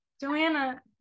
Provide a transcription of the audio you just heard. Joanna